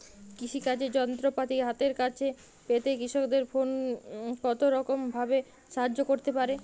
কৃষিকাজের যন্ত্রপাতি হাতের কাছে পেতে কৃষকের ফোন কত রকম ভাবে সাহায্য করতে পারে?